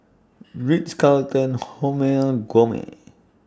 Ritz Carlton Hormel Gourmet